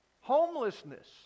homelessness